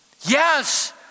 Yes